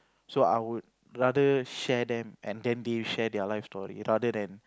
so I would rather share them and then they share their life story rather than